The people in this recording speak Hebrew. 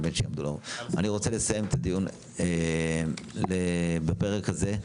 אני רוצה לסיים את הפרק הזה.